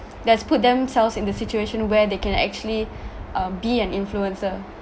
that has put themselves in the situation where they can actually um be an influencer